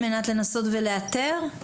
על מנת לנסות ולאתר?